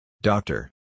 Doctor